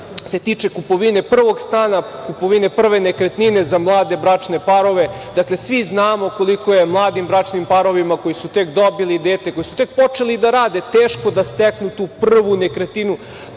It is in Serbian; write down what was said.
se tiče kupovine prvog stana, kupovine prve nekretnine za mlade bračne parove. Dakle, svi znamo koliko je mladim bračnim parovima, koji su tek dobili dete, koji su tek počeli da rade, teško da steknu tu prvu nekretninu,